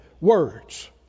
words